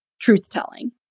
truth-telling